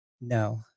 no